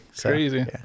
Crazy